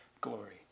glory